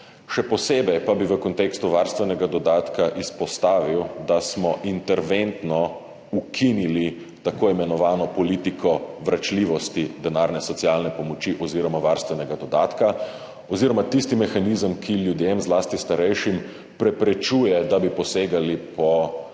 Še posebej pa bi v kontekstu varstvenega dodatka izpostavil, da smo interventno ukinili tako imenovano politiko vračljivosti denarne socialne pomoči oziroma varstvenega dodatka oziroma tisti mehanizem, ki ljudem, zlasti starejšim, preprečuje, da bi posegali po